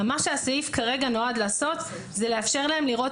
מה שהסעיף כרגע נועד לעשות זה לאפשר להם לראות